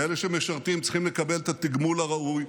ואלה שמשרתים צריכים לקבל את התגמול הראוי.